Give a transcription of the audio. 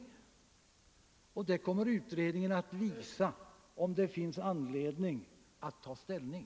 Utredningen kommer att visa om det finns anledning att ta ställning.